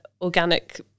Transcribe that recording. organic